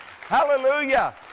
Hallelujah